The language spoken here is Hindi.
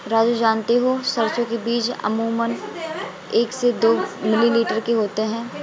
राजू जानते हो सरसों के बीज अमूमन एक से दो मिलीमीटर के होते हैं